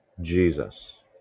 Jesus